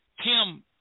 Tim